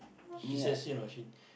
she says you know she